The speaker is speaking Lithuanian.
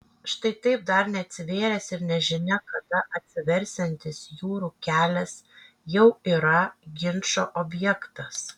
štai taip dar neatsivėręs ir nežinia kada atsiversiantis jūrų kelias jau yra ginčo objektas